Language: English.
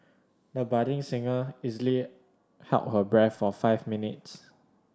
the budding singer easily held her breath for five minutes